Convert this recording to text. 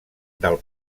del